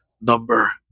number